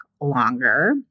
longer